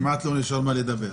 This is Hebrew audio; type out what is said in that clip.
כמעט לא נשאר מה לדבר...